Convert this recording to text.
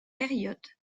période